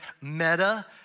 meta